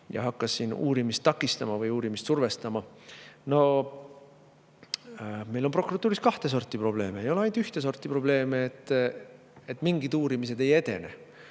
ja hakkas uurimist takistama või [kedagi] survestama. Meil on prokuratuuris kahte sorti probleeme. Ei ole ainult ühte sorti probleemid, et mingid uurimised ei edene.